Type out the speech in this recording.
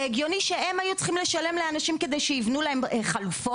זה הגיוני שהם היו צריכים לשלם לאנשים על מנת שייבנו להם חלופות?